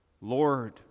Lord